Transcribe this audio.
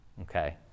okay